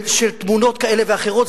של תמונות כאלה ואחרות,